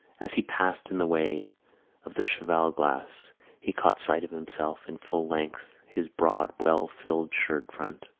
as he passed in the way of the cheval-glass he caught sight of himself in full length, his broad, well-filled shirt-front,